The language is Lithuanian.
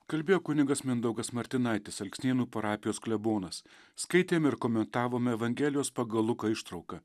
kalbėjo kunigas mindaugas martinaitis alksnėnų parapijos klebonas skaitėm ir komentavom evangelijos pagal luką ištrauką